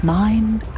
mind